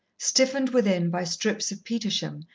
stiffened within by strips of petersham,